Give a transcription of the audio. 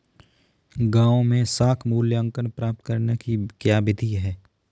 गाँवों में साख मूल्यांकन प्राप्त करने की क्या विधि है?